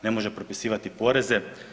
Ne može propisivati poreze.